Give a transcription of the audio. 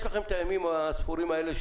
יש לכם את הימים הספורים האלה.